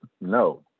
No